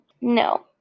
No